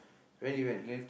when you went